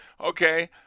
Okay